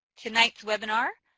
tonight's webinar,